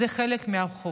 אלה חלק מהחובות.